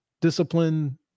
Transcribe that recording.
discipline